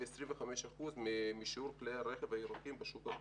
ב-25% משיעור כלי הרכב הירוקים בשוק הכללי.